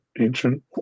ancient